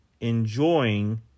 enjoying